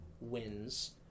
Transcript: wins